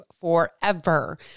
forever